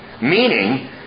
meaning